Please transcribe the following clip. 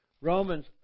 Romans